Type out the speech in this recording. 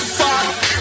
fuck